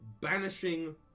banishing